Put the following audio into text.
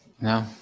No